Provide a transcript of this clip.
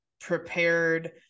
prepared